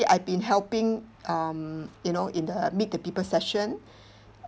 I've been helping um you know in the meet-the-people session